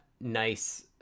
nice